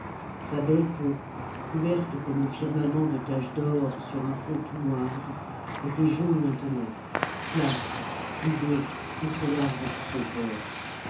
sa belle peau couverte comme le firmament de taches d'or sur un fond tout noir était jaune maintenant flasque ridée et trop large pour son corps